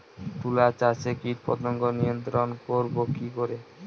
তুলা চাষে কীটপতঙ্গ নিয়ন্ত্রণর করব কি করে?